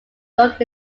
york